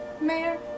Mayor